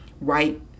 right